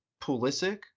Pulisic